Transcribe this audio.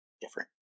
different